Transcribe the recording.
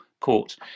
Court